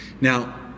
Now